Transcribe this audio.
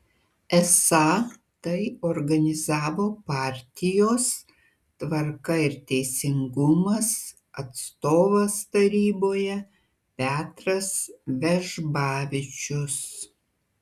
esą tai organizavo partijos tvarka ir teisingumas atstovas taryboje petras vežbavičius